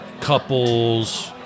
couples